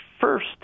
First